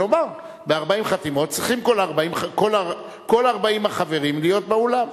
ונאמר: ב-40 חתימות צריכים כל 40 החברים להיות באולם.